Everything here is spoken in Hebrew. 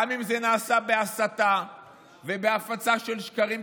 גם אם זה נעשה בהסתה ובהפצה של שקרים,